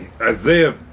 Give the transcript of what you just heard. Isaiah